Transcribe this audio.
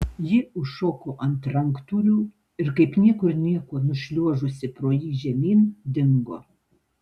ji užšoko ant ranktūrių ir kaip niekur nieko nušliuožusi pro jį žemyn dingo